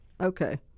Okay